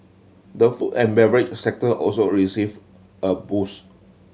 the food and beverage sector also received a boost